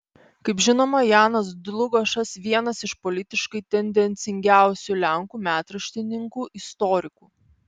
kaip žinoma janas dlugošas vienas iš politiškai tendencingiausių lenkų metraštininkų istorikų